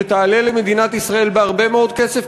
שתעלה למדינת ישראל הרבה מאוד כסף,